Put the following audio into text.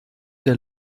der